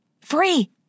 Free